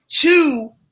two